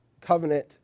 covenant